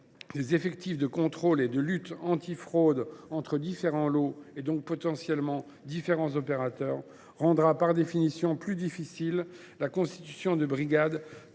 des effectifs de contrôle et de lutte antifraude entre différents lots, et donc potentiellement différents opérateurs, rendra par définition plus difficile la constitution de brigades